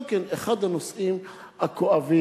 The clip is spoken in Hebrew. גם זה אחד הנושאים הכואבים,